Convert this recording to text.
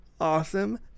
awesome